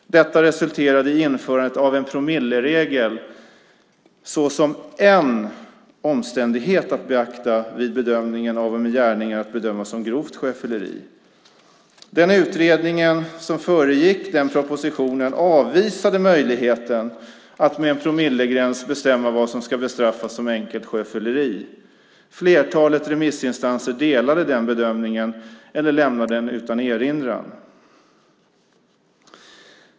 Detta resulterade i införandet av en promilleregel som en omständighet att beakta vid bedömningen av om en gärning är att bedöma som grovt sjöfylleri. Den utredning som föregick den propositionen avvisade möjligheten att med en promillegräns bestämma vad som ska bestraffas som enkelt sjöfylleri. Flertalet remissinstanser delade den bedömningen eller lämnade den utan erinran.